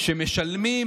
שמשלמים